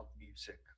music